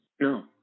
No